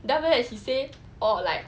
then after that he say oh like